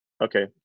okay